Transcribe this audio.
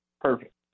Perfect